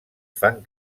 fan